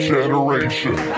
Generation